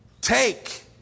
Take